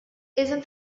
isn’t